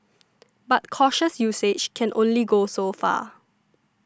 but cautious usage can only go so far